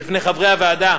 בפני חברי הוועדה,